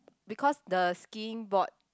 because the skiing board